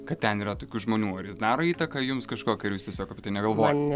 kad ten yra tokių žmonių ar jis daro įtaką jums kažkokią jūs tieiog apie tai negalvojat